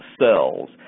cells